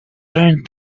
learned